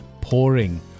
pouring